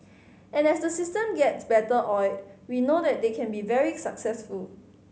and as the system gets better oiled we know that they can be very successful